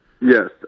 Yes